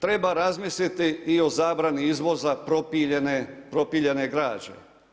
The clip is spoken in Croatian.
Treba razmisliti i o zabrani izvoza propiljene građe.